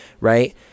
right